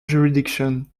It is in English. jurisdiction